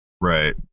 right